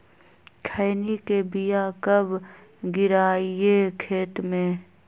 खैनी के बिया कब गिराइये खेत मे?